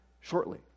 shortly